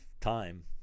time